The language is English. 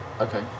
Okay